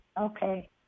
Okay